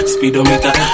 Speedometer